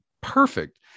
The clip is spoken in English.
perfect